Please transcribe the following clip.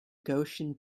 gaussian